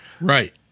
Right